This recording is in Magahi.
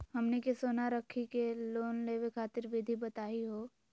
हमनी के सोना रखी के लोन लेवे खातीर विधि बताही हो?